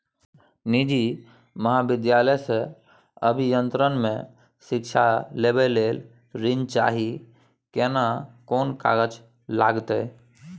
निजी महाविद्यालय से अभियंत्रण मे शिक्षा लेबा ले ऋण चाही केना कोन कागजात लागतै?